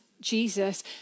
Jesus